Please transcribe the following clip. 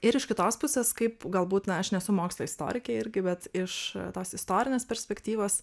ir iš kitos pusės kaip galbūt na aš nesu mokslo istorikė irgi bet iš tos istorinės perspektyvos